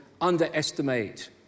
underestimate